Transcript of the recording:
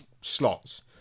slots